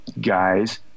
guys